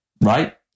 Right